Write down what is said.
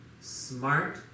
smart